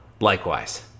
Likewise